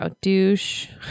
Douche